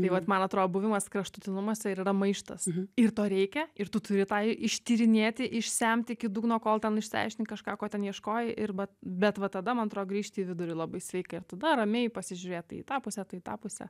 tai vat man atrodo buvimas kraštutinumuose ir yra maištas ir to reikia ir tu turi tą ištyrinėti išsemt iki dugno kol ten išsiaiškini kažką ko ten ieškojai ir bet va tada man atrodo grįžti į vidurį labai sveika ir tada ramiai pasižiūrėt tai į tą pusę tai į tą pusę